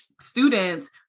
students